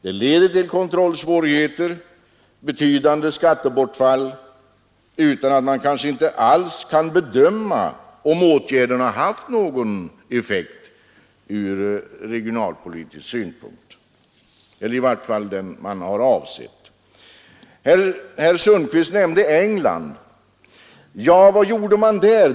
Det leder till kontrollsvårigheter och betydande skattebortfall, kanske utan att man alls kan bedöma om åtgärden har haft någon effekt ur regionalpolitisk synpunkt eller i varje fall den som man har avsett. Herr Sundkvist nämnde England. Vad gjorde man där?